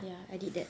ya I did that